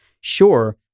Sure